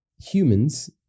humans